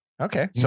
Okay